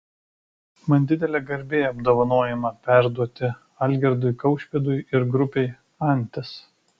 man didelė garbė apdovanojimą perduoti algirdui kaušpėdui ir grupei antis